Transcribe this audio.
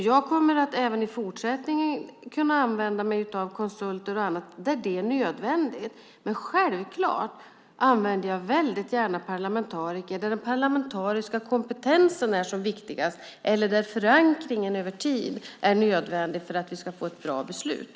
Jag kommer även i fortsättningen att använda mig av konsulter där det är nödvändigt, men självklart använder jag gärna parlamentariker där den parlamentariska kompetensen är som viktigast eller där förankringen över tid är nödvändig för att vi ska få ett bra beslut.